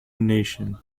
nation